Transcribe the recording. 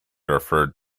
referred